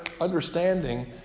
understanding